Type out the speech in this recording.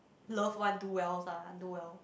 loved one do wells ah do well